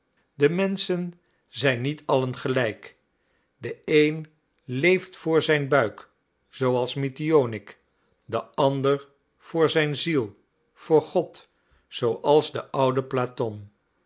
de menschen zijn niet allen gelijk de een leeft voor zijn buik zooals mitionik de ander voor zijn ziel voor god zooals de oude platon